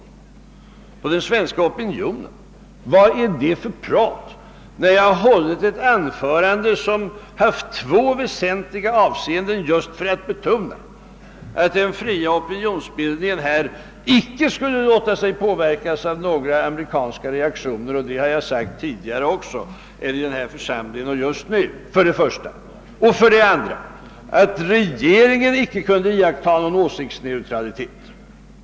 Vad är detta för prat? Jag har för det första hållit ett anförande som innehållit två väsentliga avsnitt just för att betona att den fria opinionsbildningen här icke skulle låta sig påverka av några amerikanska reaktioner. Det har jag sagt även tidigare i denna församling. För det andra har jag sagt att regeringen inte kunde iakttaga någon åsiktsneutralitet.